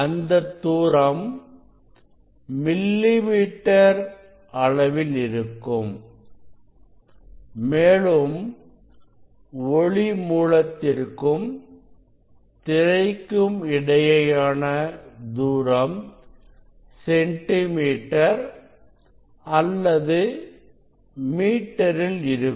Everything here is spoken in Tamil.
அந்த தூரம் மில்லிமீட்டர் அளவில் இருக்கும் மேலும் ஒளி மூலத்திற்கும் திரைக்கும் இடையேயான தூரம் சென்டிமீட்டர் அல்லது மீட்டரில் இருக்கும்